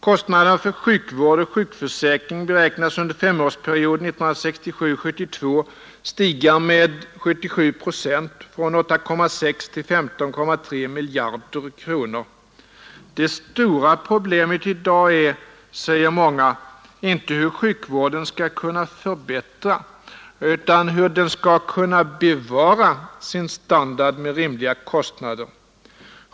Kostnaderna för sjukvård och sjukförsäkring beräknas under femårsperioden 1967—1972 stiga med 77 procent, från 8,6 till 15,3 miljarder kronor. Det stora problemet i dag är, säger många, inte hur sjukvården skall kunna förbättra utan hur den skall kunna bevara sin standard med rimliga kostnader.